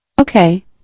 Okay